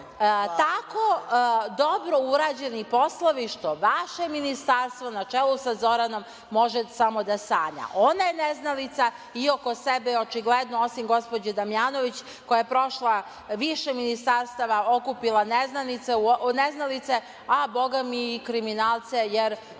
tako dobro urađeni poslovi, što vaše ministarstvo, na čelu sa Zoranom, može samo da sanja. Ona je neznalica i oko sebe je očigledno, osim gospođe Damnjanović, koja je prošla više ministarstava, okupila neznalice, a bogami i kriminalce, jer